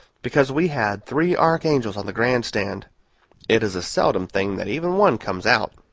because we had three archangels on the grand stand it is a seldom thing that even one comes out.